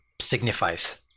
signifies